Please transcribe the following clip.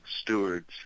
stewards